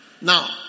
Now